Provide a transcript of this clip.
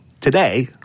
today